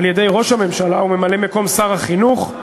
על-ידי ראש הממשלה וממלא-מקום שר החינוך,